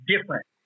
different